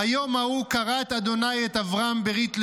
"ביום ההוא כרת ה' את אברם ברית לאמֹר: